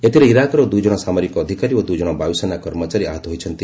ଏଥିରେ ଇରାକର ଦୁଇଜଣ ସାମରିକ ଅଧିକାରୀ ଓ ଦୁଇଜଣ ବାୟୁସେନା କର୍ମଚାରୀ ଆହତ ହୋଇଛନ୍ତି